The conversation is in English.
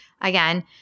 again